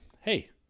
hey